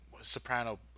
soprano